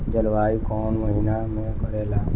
जलवायु कौन महीना में करेला?